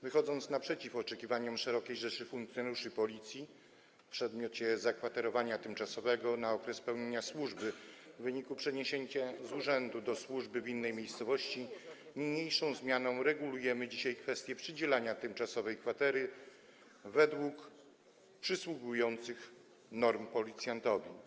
Wychodząc naprzeciw oczekiwaniom szerokiej rzeszy funkcjonariuszy Policji w przedmiocie zakwaterowania tymczasowego na okres pełnienia służby w wyniku przeniesienia z urzędu do służby w innej miejscowości, niniejszą zmianą regulujemy dzisiaj kwestię przydzielania tymczasowej kwatery według norm przysługujących policjantowi.